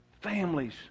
families